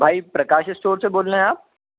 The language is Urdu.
بھائی پرکاش اسٹور سے بول رہے ہیں آپ